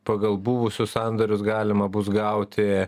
pagal buvusius sandorius galima bus gauti